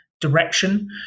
direction